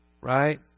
Right